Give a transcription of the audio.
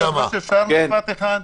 אפשר משפט אחד?